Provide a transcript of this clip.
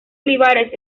olivares